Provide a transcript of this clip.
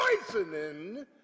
poisoning